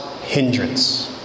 hindrance